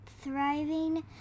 Thriving